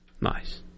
Nice